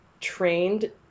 trained